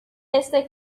este